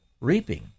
reaping